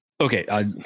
okay